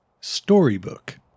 Storybook